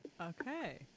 Okay